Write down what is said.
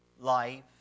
life